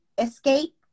Escape